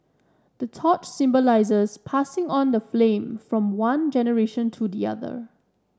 the torch symbolises passing on the flame from one generation to the other